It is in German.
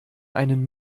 einen